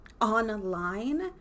online